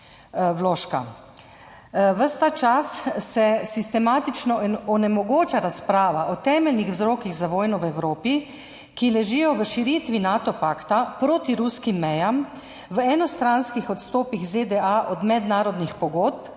Ves ta čas se sistematično onemogoča razprava o temeljnih vzrokih za vojno v Evropi, ki ležijo v širitvi Nato pakta proti ruskim mejam, v enostranskih odstopih ZDA od mednarodnih pogodb,